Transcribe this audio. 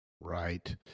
Right